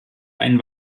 einen